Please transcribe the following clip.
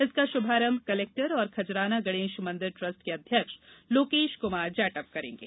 इसका षुभारंभ कलेक्टर और खजराना गणेष मंदिर ट्रस्ट के अध्यक्ष लोर्केष कुमार जाटव करेंगे